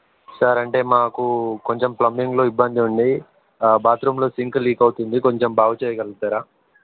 sir అంటే మాకు కొంచెం ప్లంబింగ్లో ఇబ్బంది ఉంది బాత్రూంలో సింక్ లీక్ అవుతుంది కొంచెం బాగు చేయగలుగుతారా